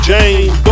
Jane